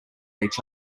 each